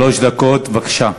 שלוש דקות, בבקשה.